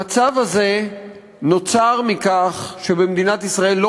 המצב הזה נוצר מכך שבמדינת ישראל לא